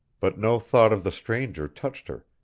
but no thought of the stranger touched her,